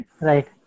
Right